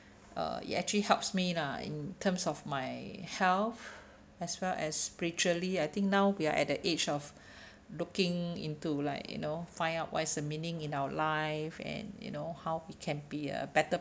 uh it actually helps me lah in terms of my health as well as spiritually I think now we are at the age of looking into like you know find out what is the meaning in our life and you know how it can be a better